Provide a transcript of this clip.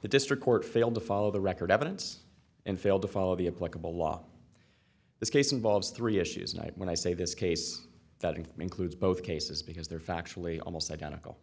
the district court failed to follow the record evidence and failed to follow the a pleasurable law this case involves three issues night when i say this case that in think lose both cases because they are factually almost identical